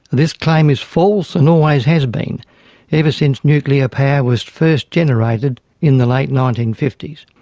this claim is false and always has been ever since nuclear power was first generated in the late nineteen fifty s.